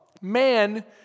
man